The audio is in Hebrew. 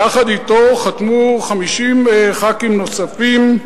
יחד אתו חתמו 50 חברי כנסת נוספים,